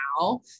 now